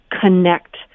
connect